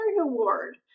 Award